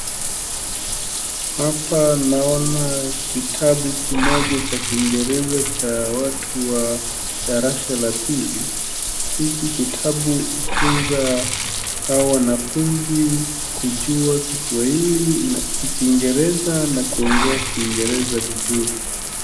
Hapa naona kitabu kimoja cha Kiingereza cha watu wa darasa la pili. Hiki kitabu hufunza hawa wanafunzi kujua Kiswahili na, ki, Kiingereza na kuongea Kiingereza vizuri.